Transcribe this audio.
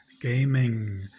gaming